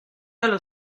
allo